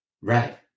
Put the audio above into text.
Right